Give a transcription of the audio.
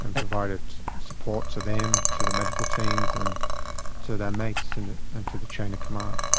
and provided support to them to the medical teams and to their mates and and to the chain of command.